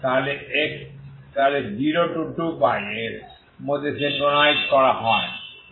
তবে আসলে 0 2π এর মধ্যে সিঙ্ক্রোনাইজ করা হয়